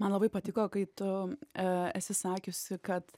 man labai patiko kai tu esi sakiusi kad